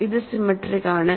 ഇത് സിമെട്രിക് ആണ്